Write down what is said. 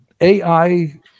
AI